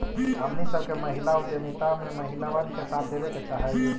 हमनी सब के महिला उद्यमिता में महिलबन के साथ देबे के चाहई